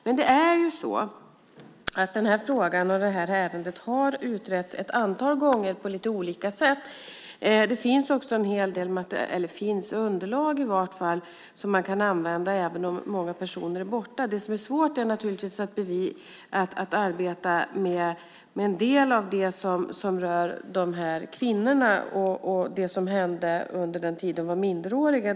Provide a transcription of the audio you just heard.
Den här frågan och det här ärendet har utretts ett antal gånger på lite olika sätt. Det finns en hel del underlag som man kan använda även om många personer är borta. Det som är svårt är naturligtvis att arbeta med en del av det som rör kvinnorna och det som händer under den tid de var minderåriga.